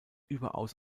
überaus